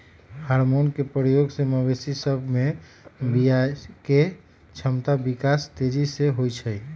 hormone के प्रयोग से मवेशी सभ में बियायके क्षमता विकास तेजी से होइ छइ